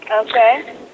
Okay